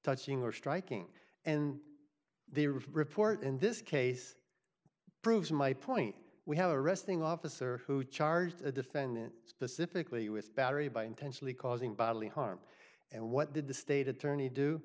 touching or striking and the report in this case proves my point we have a arresting officer who charged the defendant specifically with battery by intensely causing bodily harm and what did the state attorney do